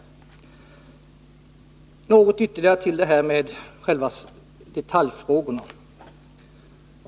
Något ytterligare om detaljfrågorna.